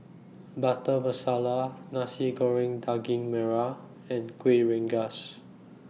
Butter Masala Nasi Goreng Daging Merah and Kueh Rengas